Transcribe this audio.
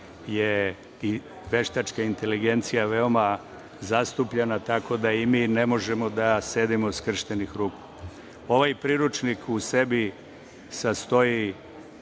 je i veštačka inteligencija, veoma zastupljena, tako da i mi ne možemo da sedimo skrštenih ruku. Ovaj priručnik u sebi ima teme